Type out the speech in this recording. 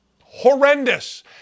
Horrendous